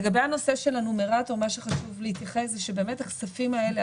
לגבי הנושא של הנומרטור מה שחשוב להתייחס זה שבאמת הכספים האלה,